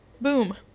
Boom